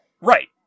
Right